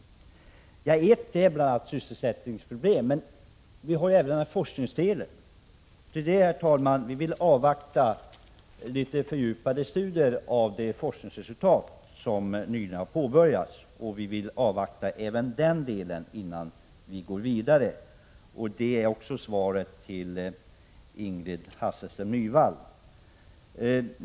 Ett argument är bl.a. sysselsättningsproblem. Men det gäller även detta med forskning. Vi vill avvakta resultatet av de fördjupade studier som nyligen har påbörjats innan vi går vidare. Därmed har jag även svarat Ingrid Hasselström Nyvall på den punkten.